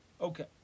Okay